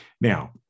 Now